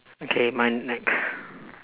okay mine next